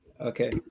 okay